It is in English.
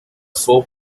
four